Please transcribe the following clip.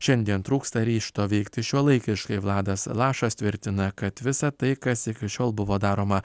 šiandien trūksta ryžto veikti šiuolaikiškai vladas lašas tvirtina kad visą tai kas iki šiol buvo daroma